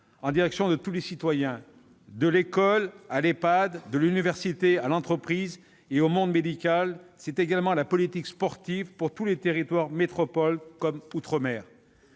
en direction de tous les citoyens, de l'école à l'Ehpad, de l'université à l'entreprise en passant par le monde médical. C'est également la politique sportive pour tous les territoires, en métropole comme outre-mer.